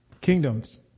kingdoms